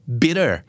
bitter